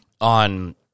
on